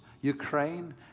Ukraine